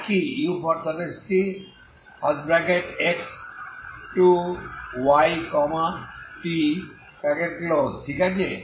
একই utx yt ঠিক আছে